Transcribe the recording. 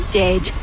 dead